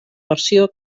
versió